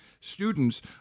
students